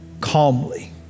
calmly